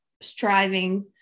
striving